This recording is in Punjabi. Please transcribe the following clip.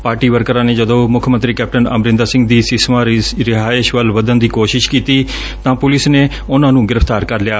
ਪਾਰਟੀ ਵਰਕਰਾ ਨੇ ਜਦੋ ਮੁੱਖ ਮੰਤਰੀ ਕੈਪਟਨ ਅਮਰਿੰਦਰ ਸਿੰਘ ਦੀ ਸਿਂਸਵਾ ਰਿਹਾਇਸ਼ ਵੱਲ ਵਧਣ ਦੀ ਕੋਸ਼ਿਸ਼ ਕੀਤੀ ਤਾਂ ਪੁਲਿਸ ਨੇ ਉਨਾਂ ਨੂੰ ਗ੍ਰਿਫ਼ਤਾਰ ਕਰ ਲਿਆ